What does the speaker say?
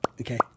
Okay